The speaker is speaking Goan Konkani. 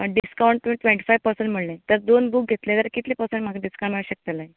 आनी डिस्कांवट तुवें ट्वेंटीफाय परसंट म्हळें तर दोन बुक घेतले जाल्यार कितले परसंट म्हाका डिस्कांवट मेळूंक शकतले